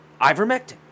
ivermectin